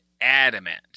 adamant